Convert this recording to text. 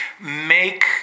make